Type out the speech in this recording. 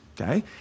okay